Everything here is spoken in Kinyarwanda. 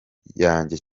yanjye